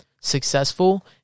successful